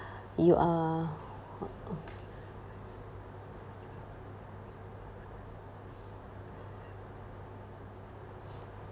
you are uh